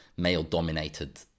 male-dominated